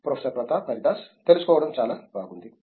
professor Pratap Haridas తెలుసుకోవడం చాలా బాగుంది